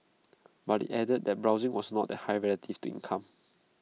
but IT added that borrowing was not that high relatives to income